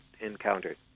encountered